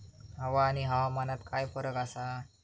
हवा आणि हवामानात काय फरक असा?